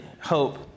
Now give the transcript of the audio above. hope